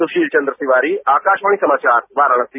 सुशील चन्द्र तिवारी आकाशवाणी समाचार वाराणसी